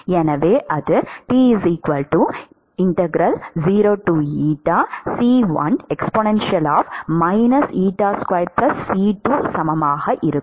எனவே அது சமமாக இருக்கும்